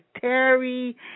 Terry